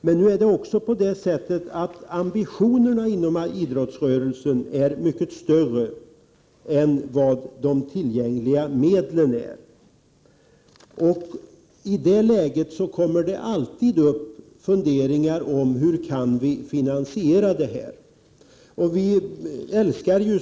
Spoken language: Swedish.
Men ambitionerna inom idrottsrörelsen är mycket större än vad de tillgängliga medlen möjliggör. I det läget framförs alltid funderingar över hur vi skall kunna finansiera verksamheten.